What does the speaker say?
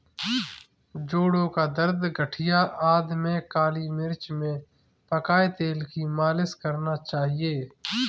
जोड़ों का दर्द, गठिया आदि में काली मिर्च में पकाए तेल की मालिश करना चाहिए